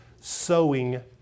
sowing